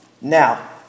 Now